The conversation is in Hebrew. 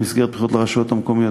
במסגרת הבחירות לרשויות המקומיות,